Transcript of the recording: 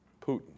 Putin